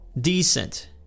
decent